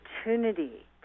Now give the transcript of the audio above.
opportunity